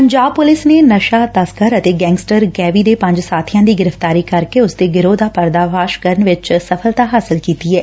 Punjab police ਨੇ ਨਸ਼ਾ ਤਸਕਰ ਅਤੇ ਗੈਂਗਸਟਰ ਗੈਵੀ ਦੇ ਪੰਜ ਸਾਬੀਆਂ ਦੀ ਗਿਫਤਾਰੀ ਕਰਕੇ ਉਸ ਦੇ ਗਰੋਹ ਦਾ ਪਰਦਾਫਾਸ਼ ਕਰਨ ਵਿਚ ਸਫਲਤਾ ਹਾਸਲ ਕੀਤੀ ਏ